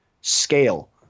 scale